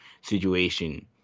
situation